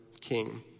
king